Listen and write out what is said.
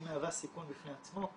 היא מהווה סיכון בפני עצמו,